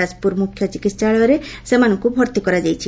ଯାଜପୁର ମୁଖ୍ୟ ଚିକିହାଳୟରେ ସେମାନଙ୍କୁ ଭର୍ତ୍ତି କରାଯାଇଛି